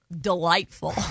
Delightful